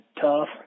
tough